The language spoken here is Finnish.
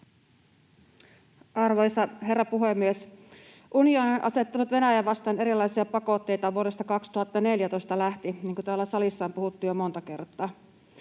Arvoisa herra puhemies! Unioni on asettanut Venäjää vastaan erilaisia pakotteita vuodesta 2014 lähtien, niin kuin täällä salissa on puhuttu jo monta kertaa.